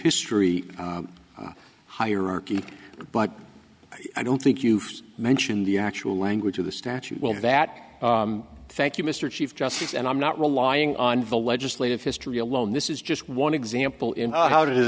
history hierarchy but i don't think you mentioned the actual language of the statute will do that thank you mr chief justice and i'm not relying on the legislative history alone this is just one example in how does